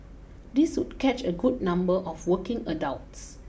this would catch a good number of working adults